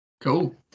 Cool